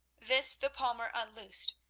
this the palmer unloosed,